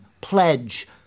pledge